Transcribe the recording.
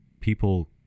People